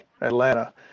Atlanta